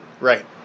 Right